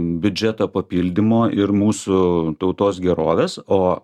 biudžeto papildymo ir mūsų tautos gerovės o